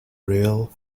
real